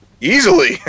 Easily